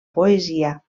poesia